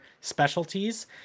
specialties